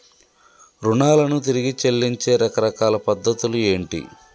రుణాలను తిరిగి చెల్లించే రకరకాల పద్ధతులు ఏంటి?